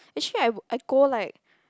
actually I I go like